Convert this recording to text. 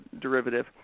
derivative